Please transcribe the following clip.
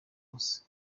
wose